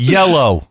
Yellow